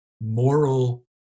moral